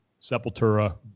Sepultura